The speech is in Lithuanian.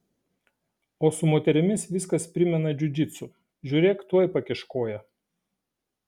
o su moterimis viskas primena džiudžitsu žiūrėk tuoj pakiš koją